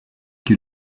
que